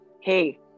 hey